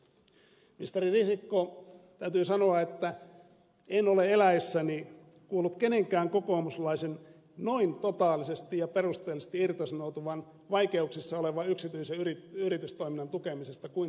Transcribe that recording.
ministeri risikko täytyy sanoa että en ole eläessäni kuullut kenenkään kokoomuslaisen noin totaalisesti ja perusteellisesti irtisanoutuvan vaikeuksissa olevan yksityisen yritystoiminnan tukemisesta kuin te äsken teitte